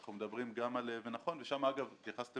אגב, שם התייחסו